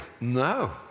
no